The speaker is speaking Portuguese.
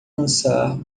lançar